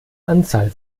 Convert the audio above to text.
anzahl